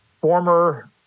former